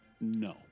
no